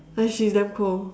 like she is damn cold